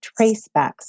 tracebacks